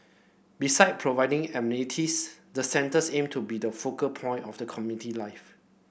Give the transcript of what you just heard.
beside providing amenities the centres aim to be the focal point of community life